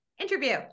interview